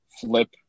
flip